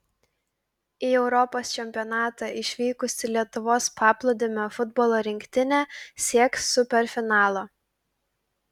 į europos čempionatą išvykusi lietuvos paplūdimio futbolo rinktinė sieks superfinalo